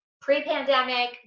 Pre-pandemic